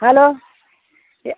hello ಯಾ